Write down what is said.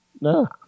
no